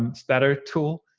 um spatter tool.